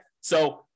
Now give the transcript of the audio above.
So-